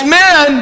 men